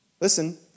Listen